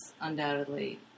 undoubtedly